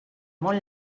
molt